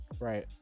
Right